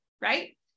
Right